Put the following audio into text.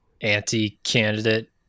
anti-candidate